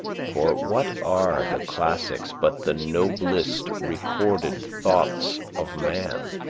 for what are the classics but the noblest recorded thoughts of man?